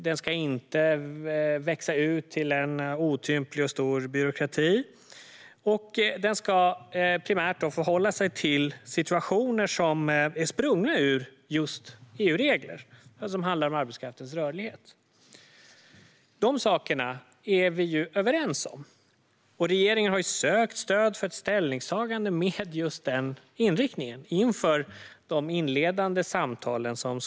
Den ska inte växa ut till en otymplig och stor byråkrati. Den ska primärt förhålla sig till situationer som är sprungna ur just EU-regler som handlar om arbetskraftens rörlighet. Detta är vi överens om, och regeringen har sökt stöd för ett ställningstagande med just denna inriktning inför de inledande samtalen.